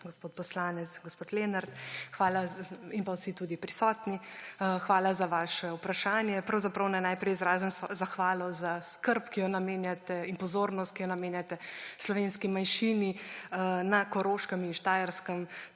gospod poslanec, gospod Lenart, in pa vsi tudi prisotni, hvala za vaše vprašanje. Pravzaprav naj najprej izrazim svojo zahvalo za skrb in pozornost, ki jo namenjate slovenski manjšini na Koroškem in Štajerskem,